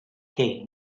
gate